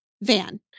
van